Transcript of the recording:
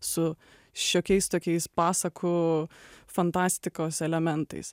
su šiokiais tokiais pasakų fantastikos elementais